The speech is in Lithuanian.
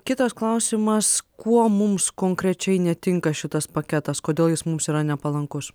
kitas klausimas kuo mums konkrečiai netinka šitas paketas kodėl jis mums yra nepalankus